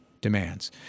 demands